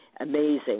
Amazing